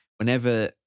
Whenever